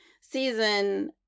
season